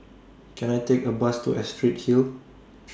Can I Take A Bus to Astrid Hill